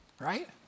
right